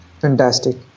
Fantastic